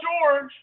George